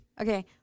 Okay